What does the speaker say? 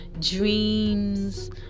dreams